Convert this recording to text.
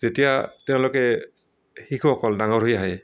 যেতিয়া তেওঁলোকে শিশুসকল ডাঙৰ হৈ আহে